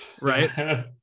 right